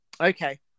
Okay